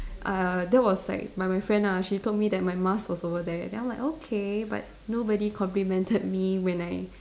uh that was like my my friend ah she told me that my Mars was over there then I was like okay but nobody complimented me when I